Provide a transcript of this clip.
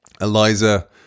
Eliza